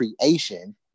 creation